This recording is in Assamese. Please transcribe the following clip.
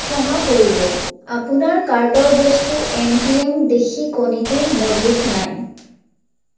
ক্ষমা কৰিব আপোনাৰ কাৰ্টৰ বস্তু এম পি এম দেশী কণীটো মজুত নাই